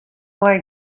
mei